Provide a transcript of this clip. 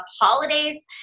holidays